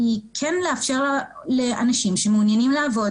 היא כן לאפשר לאנשים שמעוניינים לעבוד